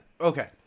Okay